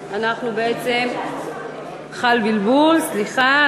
אנחנו, בעצם חל בלבול, סליחה.